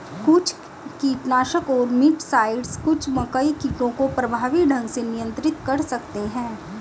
कुछ कीटनाशक और मिटसाइड्स कुछ मकई कीटों को प्रभावी ढंग से नियंत्रित कर सकते हैं